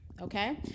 okay